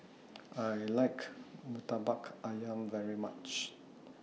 I like Murtabak Ayam very much